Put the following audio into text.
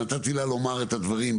נתתי לה לומר את הדברים,